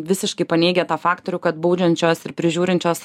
visiškai paneigia tą faktorių kad baudžiančios ir prižiūrinčios